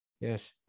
Yes